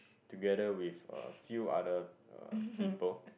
together with a few other uh people